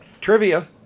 Trivia